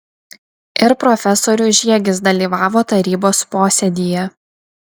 ir profesorius žiegis dalyvavo tarybos posėdyje